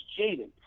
Jaden